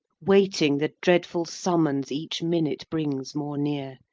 waiting the dreadful summons each minute brings more near